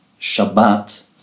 Shabbat